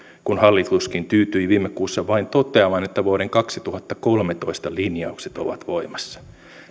kun hallituskin tyytyi viime kuussa vain toteamaan että vuoden kaksituhattakolmetoista linjaukset ovat voimassa